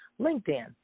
LinkedIn